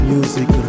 Music